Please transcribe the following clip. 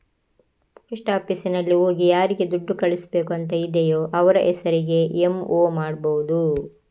post ಆಫೀಸಿನಲ್ಲಿ ಹೋಗಿ ಯಾರಿಗೆ ದುಡ್ಡು ಕಳಿಸ್ಬೇಕು ಅಂತ ಇದೆಯೋ ಅವ್ರ ಹೆಸರಿಗೆ ಎಂ.ಒ ಮಾಡ್ಬಹುದು